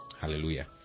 Hallelujah